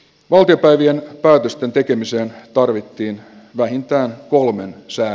valtiopäivien päätösten tekemiseen tarvittiin vähintään kolmen sää